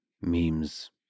Memes